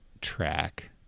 track